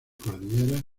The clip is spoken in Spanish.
cordilleras